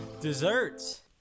Desserts